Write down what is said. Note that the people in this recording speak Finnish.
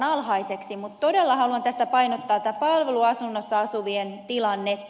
mutta todella haluan tässä painottaa palveluasunnossa asuvien tilannetta